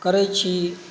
करय छी